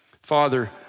Father